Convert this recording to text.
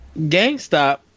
GameStop